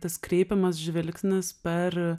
tas kreipiamas žvilgsnis per